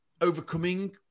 Overcoming